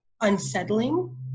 unsettling